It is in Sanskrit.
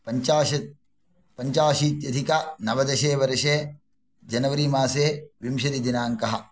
पञ्चाशत् पञ्चाशीत्यधिकनवदशे वर्षे जनवरी मासे विंशतिदिनाङ्कः